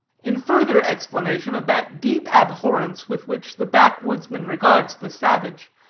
in further explanation of that deep abhorrence with which the backwoodsman regards the savage,